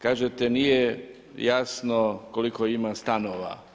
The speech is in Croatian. Kažete, nije jasno koliko ima stanova.